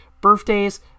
Birthdays